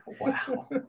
Wow